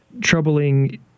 troubling